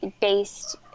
based